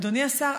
אדוני השר,